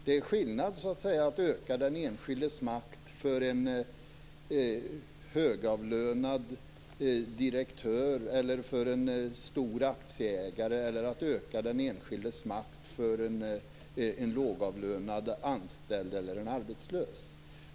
Det är skillnad på att öka makten för en högavlönad direktör eller en stor aktieägare och att öka den för lågavlönad anställd eller en arbetslös.